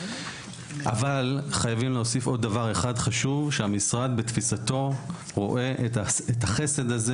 אבל חייבים להוסיף עוד דבר אחד חשוב שהמשרד בתפיסתו רואה את החסד הזה,